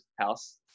house